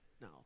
No